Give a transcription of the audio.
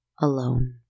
Alone